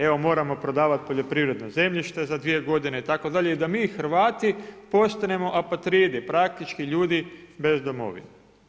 Evo, moramo prodavati poljoprivredno zemljište za dvije godine itd. i da mi Hrvati postanemo apatridi, praktički ljudi bez domovine.